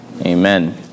Amen